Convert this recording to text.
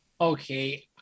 Okay